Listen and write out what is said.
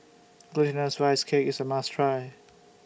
Glutinous Rice Cake IS A must Try